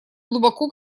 глубоко